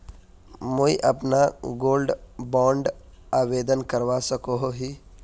मुई अपना gold bond आवेदन करवा सकोहो ही?